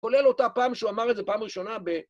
כולל אותה פעם שהוא אמר את זה, פעם ראשונה, ב...